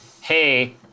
Hey